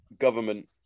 government